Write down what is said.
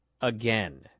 again